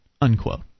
unquote